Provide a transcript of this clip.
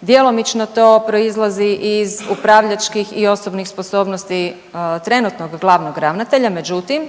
Djelomično to proizlazi i iz upravljačkih i osobnih sposobnosti trenutnog glavnog ravnatelja, međutim